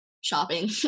shopping